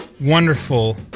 wonderful